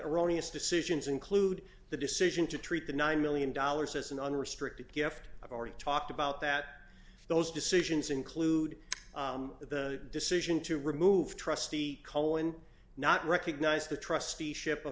decisions include the decision to treat the nine million dollars as an unrestricted gift i've already talked about that those decisions include the decision to remove trustee cohen not recognized the trusteeship